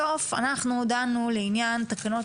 בסוף אנחנו דנו לעניין תקנות,